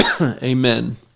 amen